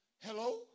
Hello